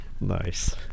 Nice